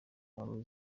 mpamvu